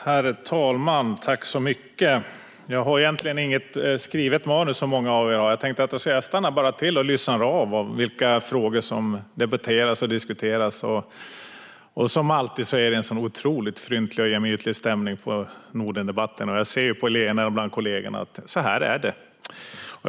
Herr talman! Jag har egentligen inget skrivet manus, som många av er har. Jag tänkte i stället att jag stannar till här och lyssnar av vilka frågor som debatteras och diskuteras. Som alltid är det en otroligt fryntlig och gemytlig stämning på Nordendebatterna. Jag ser på leendena bland kollegorna att det är så.